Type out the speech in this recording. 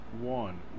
one